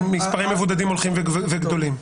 אגב, מספרי המבודדים הולכים וגדלים.